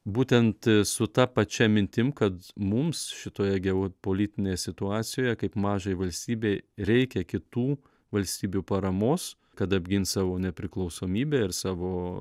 būtent su ta pačia mintim kad mums šitoje geopolitinėj situacijoje kaip mažai valstybei reikia kitų valstybių paramos kad apgint savo nepriklausomybę ir savo